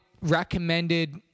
recommended